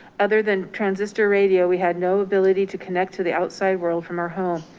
other than transistor radio. we had no ability to connect to the outside world from our home.